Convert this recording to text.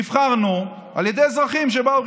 נבחרנו על ידי אזרחים שבאו,